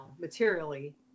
materially